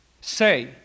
say